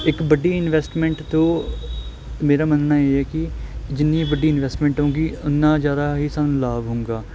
ਇੱਕ ਵੱਡੀ ਇਨਵੈਸਟਮੈਂਟ ਤੋਂ ਮੇਰਾ ਮੰਨਣਾ ਇਹ ਹੈ ਕਿ ਜਿੰਨੀ ਵੱਡੀ ਇਨਵੈਸਟਮੈਂਟ ਹੋਵੇਗੀ ਉੰਨਾ ਜ਼ਿਆਦਾ ਹੀ ਸਾਨੂੰ ਲਾਭ ਹੋਵੇਗਾ